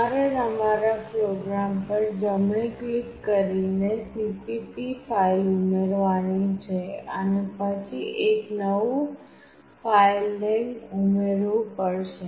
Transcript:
તમારે તમારા પ્રોગ્રામ પર જમણી ક્લિક કરીને cpp ફાઇલ ઉમેરવાની છે અને પછી એક નવું ફાઇલનેમ ઉમેરવું પડશે